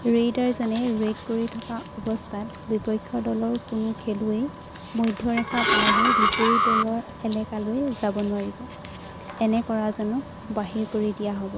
ৰেইডাৰজনে raid কৰি থকা অৱস্থাত বিপক্ষ দলৰ কোনো খেলুৱৈ মধ্যৰেখা পাৰ হৈ বিপৰীত দলৰ এলেকালৈ যাব নোৱাৰিব এনে কৰাজনক বাহিৰ কৰি দিয়া হ'ব